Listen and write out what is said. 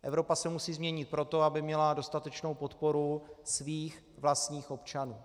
Evropa se musí změnit proto, aby měla dostatečnou podporu svých vlastních občanů.